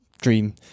dream